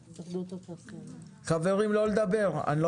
חברים, לא לדבר.